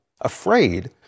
afraid